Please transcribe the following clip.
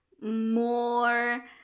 more